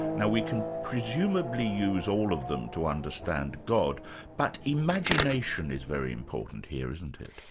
now we can presumably use all of them to understand god, but imagination is very important here, isn't it?